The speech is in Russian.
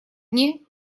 мне